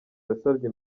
yasabye